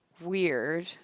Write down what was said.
weird